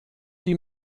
die